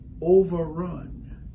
overrun